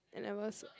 N levels